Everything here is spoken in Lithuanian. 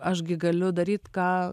aš gi galiu daryt ką